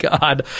god